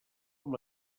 amb